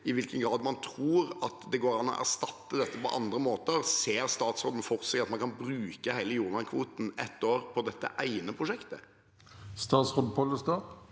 i hvilken grad man tror det går an å erstatte dette på andre måter. Ser statsråden for seg at man kan bruke hele jordvernkvoten for ett år på dette ene prosjektet? Statsråd Geir Pollestad